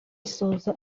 asoza